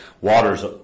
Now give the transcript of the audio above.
water's